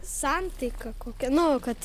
santaiką kokią nu kad